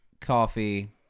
coffee